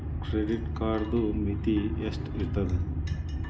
Credit ಕಾರ್ಡದು ಮಿತಿ ಎಷ್ಟ ಇರ್ತದ?